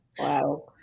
Wow